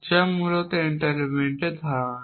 যা মূলত এনটেলমেন্টের ধারণা